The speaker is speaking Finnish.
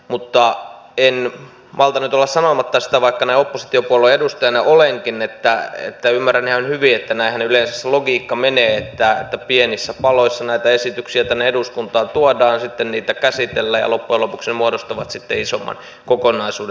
mutta en malta nyt olla sanomatta sitä vaikka näin oppositiopuolueen edustaja olenkin että ymmärrän ihan hyvin että näinhän yleensä se logiikka menee että pienissä paloissa näitä esityksiä tänne eduskuntaan tuodaan sitten niitä käsitellään ja loppujen lopuksi ne muodostavat sitten isomman kokonaisuuden